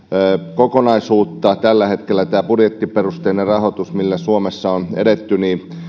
kokonaisuutta tällä hetkellä tämä budjettiperusteinen rahoitus millä suomessa on edetty